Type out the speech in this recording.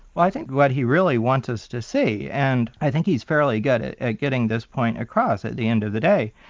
i think what he really wants us to see, and i think he's fairly good at at getting this point across at the end of the day,